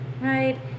Right